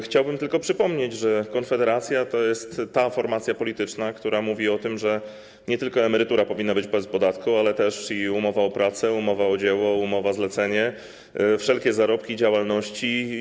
Chciałbym tylko przypomnieć, że Konfederacja to jest ta formacja polityczna, która mówi o tym, że nie tylko emerytura powinna być bez podatku, ale też umowa o pracę, umowa o dzieło, umowa zlecenia, wszelkie zarobki, wszelka działalność.